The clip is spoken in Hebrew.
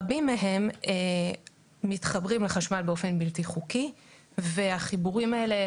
רבים מהם מתחברים לחשמל באופן בלתי חוקי והחיבורים האלה,